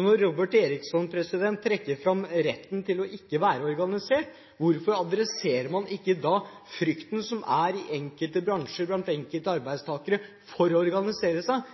Når Robert Eriksson trekker fram retten til ikke å være organisert, hvorfor adresserer man ikke da frykten for å organisere seg, som er i enkelte bransjer, blant enkelte arbeidstakere